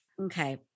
Okay